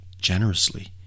generously